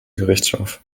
gerichtshof